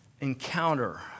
encounter